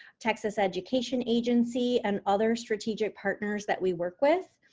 texas education agency, and other strategic partners that we work with.